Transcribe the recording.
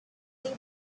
deep